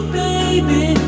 baby